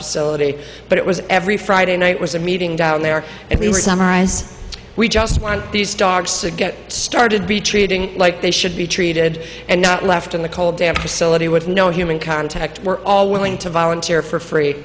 facility but it was every friday night was a meeting down there and we were summarize we just want these dogs to get started be treating like they should be treated and not left in the cold damp facility with no human contact we're all willing to volunteer for free